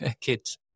Kids